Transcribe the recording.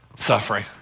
suffering